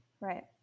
Right